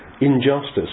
injustice